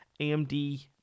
amd